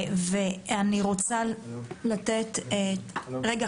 אני רוצה לתת את רשות